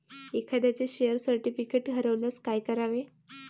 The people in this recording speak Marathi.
एखाद्याचे शेअर सर्टिफिकेट हरवल्यास काय करावे?